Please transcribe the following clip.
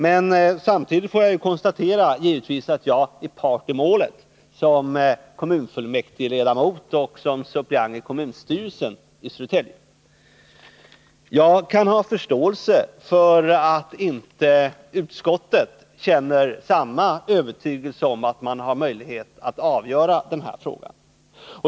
Men samtidigt får jag givetvis konstatera att jag är part i målet som kommunfullmäktigeledamot och suppleant i kommunstyrelsen i Södertälje. Jag kan ha förståelse för att utskottet inte känner samma övertygelse om att det har möjlighet att avgöra denna fråga.